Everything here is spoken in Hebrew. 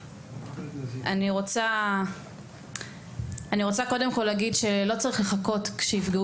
אני רוצה קודם כל להגיד שלא צריך לחכות שיפגעו